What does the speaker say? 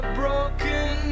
broken